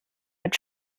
mit